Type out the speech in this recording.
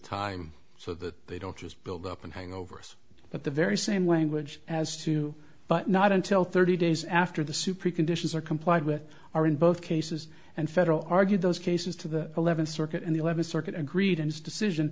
time so that they don't just build up and hang over us at the very same language as two but not until thirty days after the super conditions are complied with are in both cases and federal argued those cases to the eleventh circuit and the eleventh circuit agreed and decision